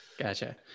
Gotcha